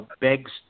begs